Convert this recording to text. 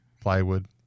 Plywood